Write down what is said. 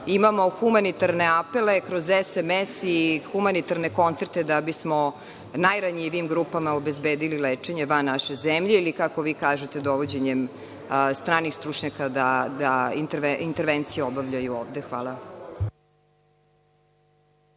imamo humanitarne apele kroz SMS i humanitarne koncerte da bismo najranjivijim grupama obezbedili lečenje van naše zemlje ili, kako vi kažete, dovođenjem stranih stručnjaka da intervencije obavljaju ovde. Hvala.